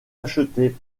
achetée